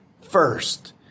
first